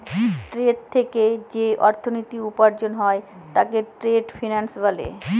trade থেকে যে অর্থনীতি উপার্জন হয় তাকে ট্রেড ফিন্যান্স বলে